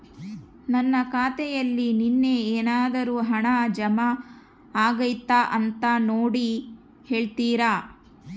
ನನ್ನ ಖಾತೆಯಲ್ಲಿ ನಿನ್ನೆ ಏನಾದರೂ ಹಣ ಜಮಾ ಆಗೈತಾ ಅಂತ ನೋಡಿ ಹೇಳ್ತೇರಾ?